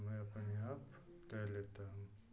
मैं अपने आप तैर लेता हूँ